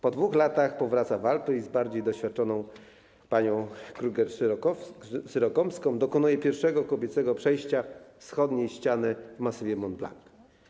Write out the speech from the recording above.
Po 2 latach powraca w Alpy i z bardziej doświadczoną panią Krüger-Syrokomską dokonuje pierwszego kobiecego przejścia wschodniej ściany w masywie Mount Blanc.